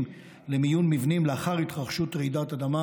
למיון מבנים לאחר התרחשות רעידת אדמה.